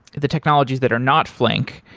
the technologies that are not flink,